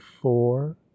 four